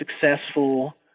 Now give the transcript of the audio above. successful